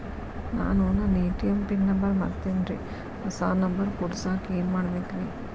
ನಾನು ನನ್ನ ATM pin number ಮರ್ತೇನ್ರಿ, ಹೊಸಾ ನಂಬರ್ ಕುಡಸಾಕ್ ಏನ್ ಮಾಡ್ಬೇಕ್ರಿ?